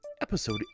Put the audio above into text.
Episode